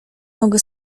mogę